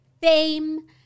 Fame